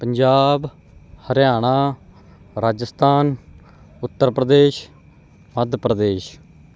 Punjab Haryana Rajasthan Uttar Pradesh Madhya Pradesh